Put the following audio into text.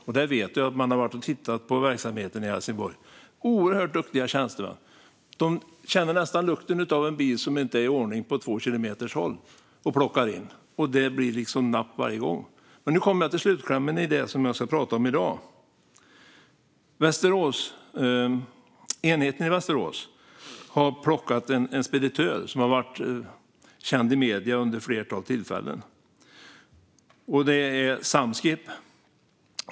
Jag vet att man har varit och tittat på verksamheten i Helsingborg. Tjänstemännen där är oerhört duktiga. De känner nästan lukten av en bil som inte är i ordning på två kilometers håll och plockar in den. Det blir napp varje gång. Det för mig in på slutklämmen av det jag tänkt prata om i dag. Enheten i Västerås har plockat in en speditör som uppmärksammats i medierna vid ett flertal tillfällen. Det handlar om Samskip.